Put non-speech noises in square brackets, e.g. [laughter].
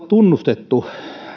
[unintelligible] tunnistettu